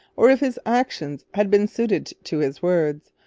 or if his actions had been suited to his words,